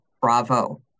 bravo